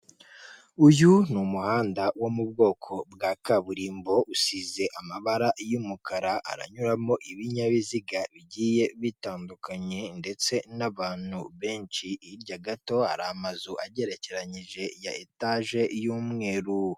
Uyu ni umuhanda wo mu bwoko bwa kaburimbo usize amabara y'umukara aranyuramo ibinyabiziga bigiye bitandukanye ndetse n'abantu benshi hirya gato hari amazu agerekeranyije ya etage y'umweru.